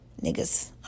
niggas